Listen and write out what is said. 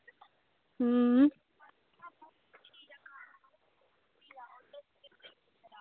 अं